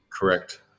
Correct